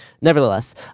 nevertheless